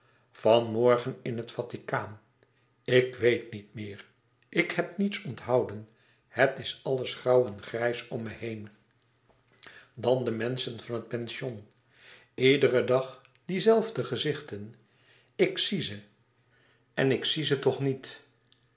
van morgen in het vaticaan ik weet niet meer ik heb niets onthouden het is alles grauw en grijs om me heen dan de menschen van het pension iederen dag die zelfde gezichten ik zie ze en ik zie ze toch niet